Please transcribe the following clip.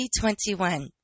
2021